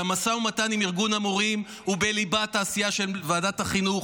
והמשא ומתן עם ארגון המורים הוא בליבת העשייה של ועדת החינוך.